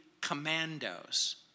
commandos